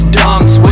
dunks